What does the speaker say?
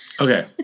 Okay